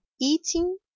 eating